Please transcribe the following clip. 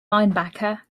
linebacker